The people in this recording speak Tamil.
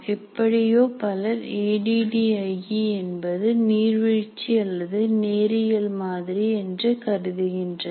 எப்படியோ பலர் A D D I E என்பது நீர்வீழ்ச்சி அல்லது நேரியல் மாதிரி என்று கருதுகின்றனர்